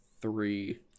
three